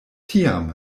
tiam